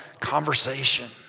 conversation